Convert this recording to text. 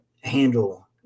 handle